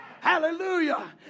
Hallelujah